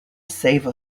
save